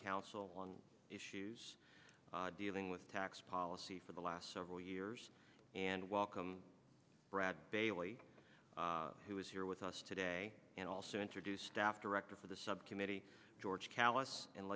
counsel on issues dealing with tax policy for the last several years and welcome brad bailey who is here with us today and also introduce staff director for the subcommittee george callus and